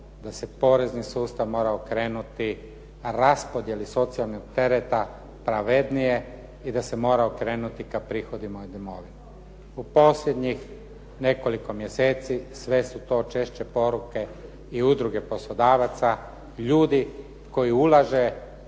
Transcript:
da se porezni sustav mora okrenuti raspodjeli socijalnog tereta pravednije i da se mora okrenuti ka prihodima u domovini. U posljednjih nekoliko mjeseci sve su to češće poruke i udruge poslodavaca, ljudi koji ulaže